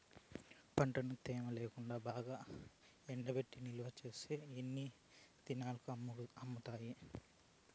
పంటను తేమ లేకుండా బాగా ఎండబెట్టి నిల్వచేసిన ఎన్ని దినాలకు అమ్ముతారు?